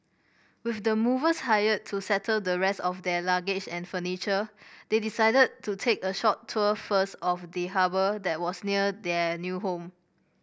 with the movers hired to settle the rest of their luggage and furniture they decided to take a short tour first of the harbour that was near their new home